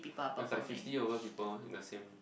that's like fifty over people in the same